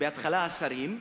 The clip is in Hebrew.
בהתחלה את השרים,